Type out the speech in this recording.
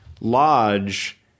Lodge